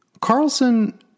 Carlson